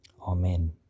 Amen